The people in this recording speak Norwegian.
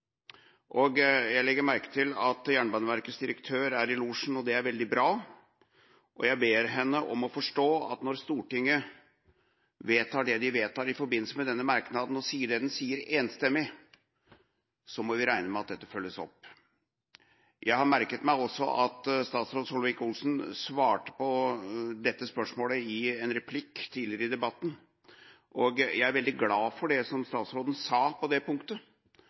merknad. Jeg legger merke til at Jernbaneverkets direktør er i losjen, og det er veldig bra. Jeg ber henne forstå at når Stortinget vedtar det de vedtar i forbindelse med denne merknaden, og sier det de sier, enstemmig, må vi kunne regne med at dette følges opp. Jeg har også merket meg at statsråd Solvik-Olsen svarte på dette spørsmålet i en replikk tidligere i debatten. Jeg er veldig glad for det statsråden sa på det punktet,